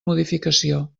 modificació